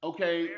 Okay